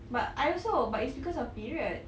but I also but it's because of period